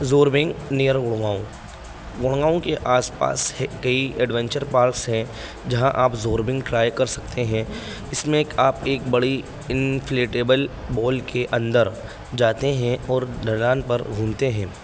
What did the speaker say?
zorbing near Gurgaon Gurgaon کے آس پاس ہے کئی ایڈونچر پارکس ہیں جہاں آپ زورونگ ٹرائی کر سکتے ہیں اس میں آپ ایک بڑی انفلیٹیبل بال کے اندر جاتے ہیں اور ڈھلان پر گھومتے ہیں